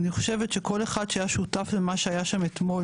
אני חושבת שכל אחד שהיה שותף למה שהיה שם אתמול